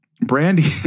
brandy